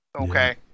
okay